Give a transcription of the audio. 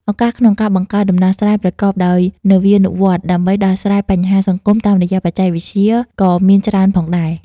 ឱកាសក្នុងការបង្កើតដំណោះស្រាយប្រកបដោយនវានុវត្តន៍ដើម្បីដោះស្រាយបញ្ហាសង្គមតាមរយៈបច្ចេកវិទ្យាក៏មានច្រើនផងដែរ ។